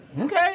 Okay